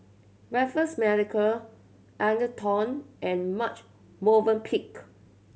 Raffles Medical Atherton and Marche Movenpick